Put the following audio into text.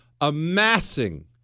amassing